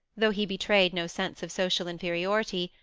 though he betrayed no sense of social inferiority,